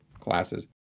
classes